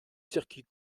circuit